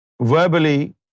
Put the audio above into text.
verbally